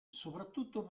soprattutto